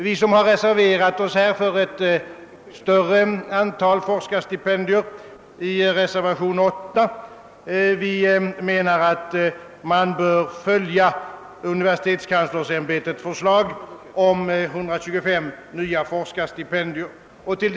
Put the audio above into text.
Vi som i reservationen 8 har uttalat oss för ett större antal forskarstipendier av denna typ menar, att universitetskanslersämbetets förslag om inrättande av 125 nya forskarstipendier bör bifallas.